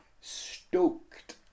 stoked